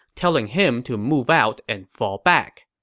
telling him to move out and fall back.